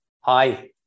Hi